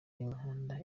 imihanda